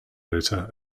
editor